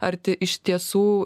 ar iš tiesų